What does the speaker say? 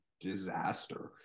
disaster